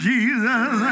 Jesus